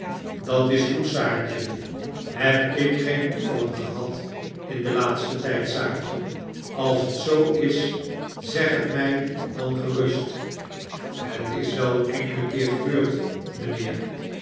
dat is goed saartje heb ik geen toevallen gehad in den laatsten tijd saartje als het zoo is zeg het mg dan gerust het is wel een enkelen keer gebeurd mgnheer